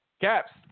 caps